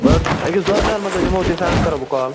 وَلہٕ حظ أکِس دوٚن دۄہن منٛز حظ یِمو تمہِ ساتہٕ حظ کَرہو بہٕ کال